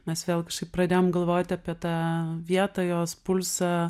mes vėl kažkaip pradėjom galvoti apie tą vietą jos pulsą